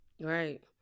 Right